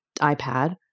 iPad